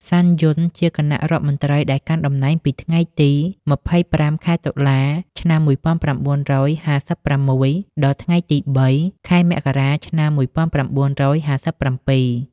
សាន យុន ជាគណៈរដ្ឋមន្ត្រីដែលកាន់តំណែងពីថ្ងៃទី ២៥ ខែតុលា ឆ្នាំ១៩៥៦ ដល់ថ្ងៃទី ៣ ខែមករា ឆ្នាំ១៩៥៧។